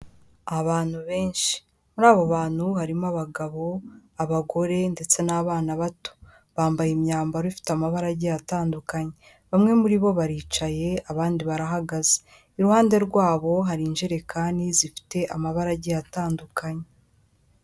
Abantu benshi muri abo bantu harimo abagabo abagore ndetse n'abana bato, bambaye imyambaro ifite amabaragi atandukanye bamwe muri bo baricaye abandi barahagaze iruhande rwabo hari injerekani zifite amabaragi atandukanye.